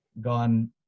gone